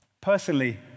Personally